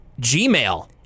Gmail